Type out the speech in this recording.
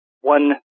one